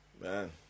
man